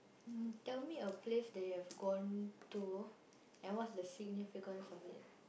mm tell me a place that you have gone to and what's the significance of it